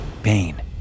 pain